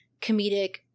comedic